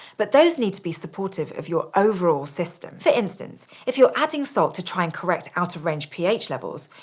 but those need to be supportive of your overall system. for instance, if you're adding salt to try and correct out-of-range ph levels,